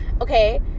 okay